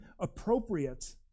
appropriate